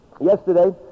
yesterday